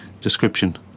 description